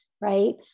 right